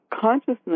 consciousness